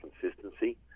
consistency